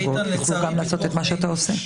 יוכלו גם לעשות את מה שאתה עושה.